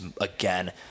again